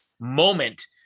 moment